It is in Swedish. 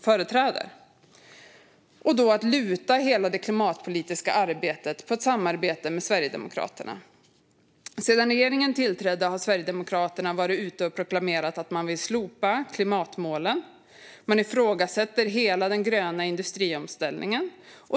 I och med det valde hon att luta hela det klimatpolitiska arbetet mot ett samarbete med Sverigedemokraterna. Sedan regeringen tillträdde har Sverigedemokraterna proklamerat att de vill slopa klimatmålen, och de ifrågasätter hela den gröna industriomställningen.